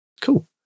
cool